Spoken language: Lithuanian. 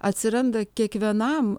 atsiranda kiekvienam